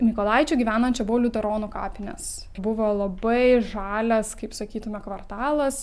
mykolaičiui gyvenant čia buvo liuteronų kapinės buvo labai žalias kaip sakytume kvartalas